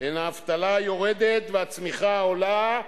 הן האבטלה היורדת והצמיחה העולה,